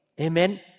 Amen